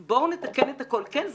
כן,